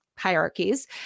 hierarchies